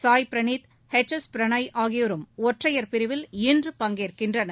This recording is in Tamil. சாய் பிரவீத் எச் எஸ் பிரனாய் ஆகியோரும் ஒற்றையர் பிரிவில் இன்று பங்கேற்கின்றனர்